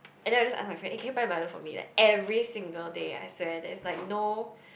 and then I will just ask my friend eh can you buy milo for me like every single day I swear there is like no